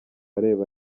areba